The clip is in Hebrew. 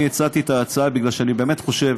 אני העליתי את ההצעה מפני שאני באמת חושב